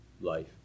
life